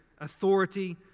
authority